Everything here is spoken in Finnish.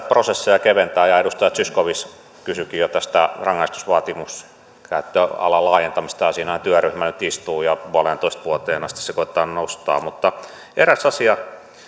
prosesseja keventää ja edustaja zyskowicz kysyikin jo tästä rangaistusvaatimuskäyttöalan laajentamisesta siitähän työryhmä nyt istuu ja puoleentoista vuoteen asti se koetetaan nostaa mutta eräs asia